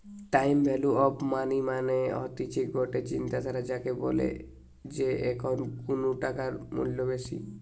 time value of money মানে হতিছে গটে চিন্তাধারা যাকে বলে যে এখন কুনু টাকার মূল্য বেশি